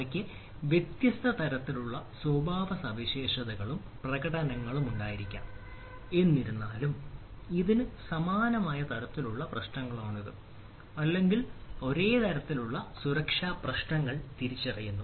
അവയ്ക്ക് വ്യത്യസ്ത തരത്തിലുള്ള സ്വഭാവസവിശേഷതകളും പ്രകടനവുമുണ്ടായിരിക്കാം എന്നിരുന്നാലും ഇതിന് സമാനമായ തരത്തിലുള്ള പ്രശ്നങ്ങളാണുള്ളത് അല്ലെങ്കിൽ ഒരേ തരത്തിലുള്ള സുരക്ഷാ പ്രശ്നങ്ങൾ തിരിച്ചറിയുന്നു